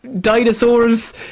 dinosaurs